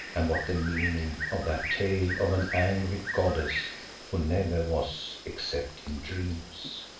and what the meaning of that tale of an angry goddess who never was except in dreams.